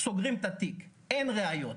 סוגרים את התיק כי אין ראיות.